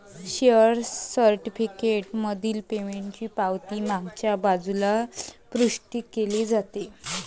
share certificate मधील पेमेंटची पावती मागच्या बाजूला पुष्टी केली जाते